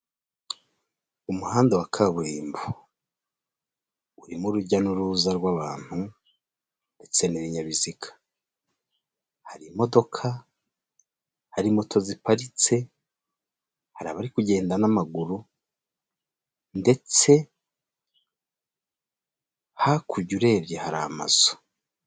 Umuhanda wa kaburimbo urimo urujya n'uruza rw'abantu ndetse n'ibinyabiziga, hari imodoka, hari moto ziparitse, hari abari kugenda n'amaguru ndetse hakurya urebye hari amazu.